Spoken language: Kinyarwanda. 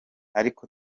ariko